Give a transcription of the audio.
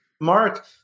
Mark